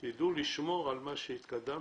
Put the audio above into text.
תדעו לשמור על מה שהתקדמנו,